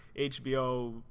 HBO